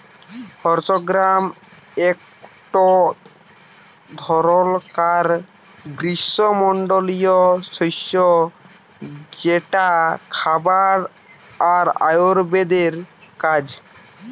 horse gram একটো ধরণকার গ্রীস্মমন্ডলীয় শস্য যেটা খাবার আর আয়ুর্বেদের কাজ